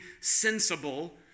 sensible